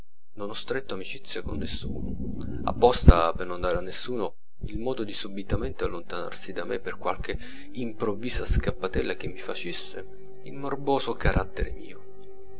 non ho stretto amicizia con nessuno apposta per non dare a nessuno il modo di subitamente allontanarsi da me per qualche improvvisa scappatella che mi facesse il morboso carattere mio